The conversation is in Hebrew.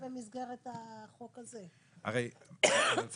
היא תוכל להרחיב במסגרת החוק הזה.